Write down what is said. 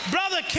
Brother